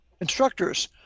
Instructors